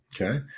okay